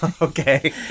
okay